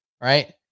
right